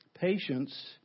Patience